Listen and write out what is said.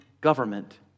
government